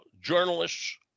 journalists